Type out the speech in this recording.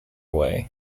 way